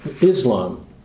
Islam